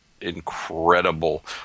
incredible